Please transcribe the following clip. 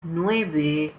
nueve